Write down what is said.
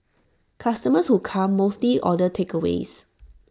customers who come mostly order takeaways